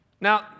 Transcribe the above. Now